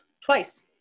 twice